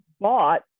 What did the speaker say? bought